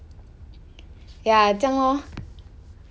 ya and also like um